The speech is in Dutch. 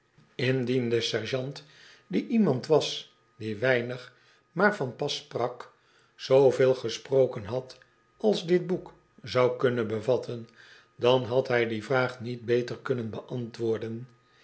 indien de sergeant die iemand was die weinig maar van pas sprak zooveel gesproken had als dit boek zou kunnen bevatten dan had hij die vraag niet beter kunnen beantwoorden